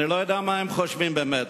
אני לא יודע מה הם חושבים באמת.